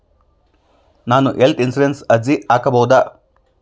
ನಾನು ಹೆಲ್ತ್ ಇನ್ಶೂರೆನ್ಸಿಗೆ ಅರ್ಜಿ ಹಾಕಬಹುದಾ?